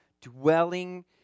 dwelling